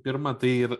pirma tai ir